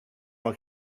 look